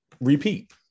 repeat